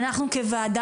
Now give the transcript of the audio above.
אנחנו כוועדה,